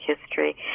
history